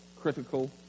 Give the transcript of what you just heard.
Critical